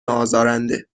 آزارنده